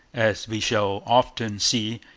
as we shall often see,